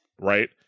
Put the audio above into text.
right